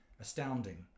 astounding